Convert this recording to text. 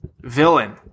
villain